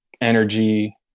energy